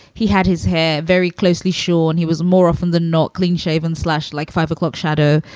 he had his hair very closely. sure. and he was more often than not clean shaven, slashed like five o'clock shadow.